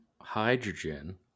hydrogen